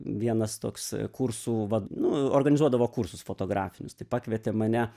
vienas toks kursų va nu organizuodavo kursus fotografinius tai pakvietė mane